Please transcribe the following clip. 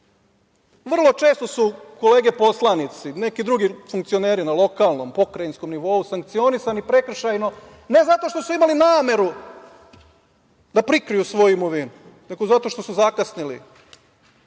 Vrlo često su kolege poslanici, neki drugi funkcioneri na lokalnom, pokrajinskom nivou sankcionisani prekršajno, ne zato što su imali nameru da prikriju svoju imovinu, nego zato što su zakasnili